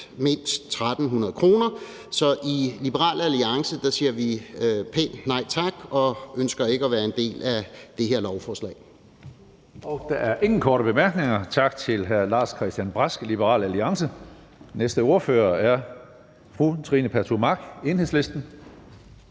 mindst 1.300 kr. Så i Liberal Alliance siger vi pænt nej tak og ønsker ikke at være en del af det her lovforslag. Kl. 13:28 Tredje næstformand (Karsten Hønge): Der er ingen korte bemærkninger. Tak til hr. Lars-Christian Brask, Liberal Alliance. Den næste ordfører er fru Trine Pertou Mach, Enhedslisten.